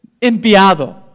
enviado